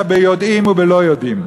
ביודעין או שלא ביודעין.